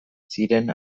ziren